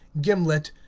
gimlet,